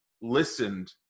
listened